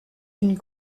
une